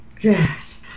Yes